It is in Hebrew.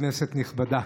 כנסת נכבדה,